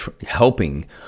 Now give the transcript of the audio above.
helping